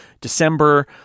December